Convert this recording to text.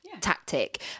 tactic